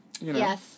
Yes